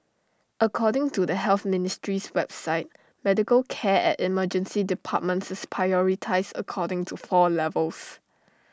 according to the health ministry's website medical care at emergency departments is prioritised according to four levels